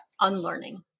unlearning